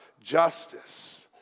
justice